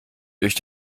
durch